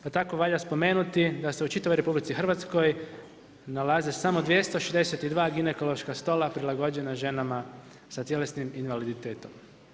Pa tako valja spomenuti da se u čitavoj RH nalaze samo 262 ginekološka stola prilagođena ženama sa tjelesnim invaliditetom.